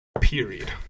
Period